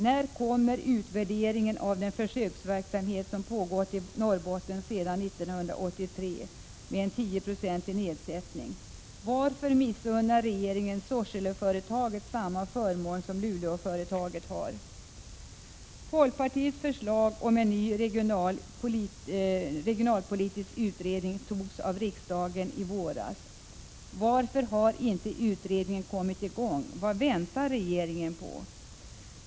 När kommer utvärderingen av den försöksverksamhet som pågått i Norrbotten sedan 1983 med en 10-procentig nedsättning av arbetsgivaravgiften? Varför missunnar regeringen Sorseleföretaget samma förmån som Luleåföretaget har? Folkpartiets förslag om en ny regionalpolitisk utredning antogs av riksdagen i våras. Varför har den inte kommit i gång? Vad väntar regeringen på?